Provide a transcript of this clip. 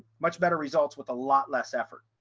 much better results with a lot less effort.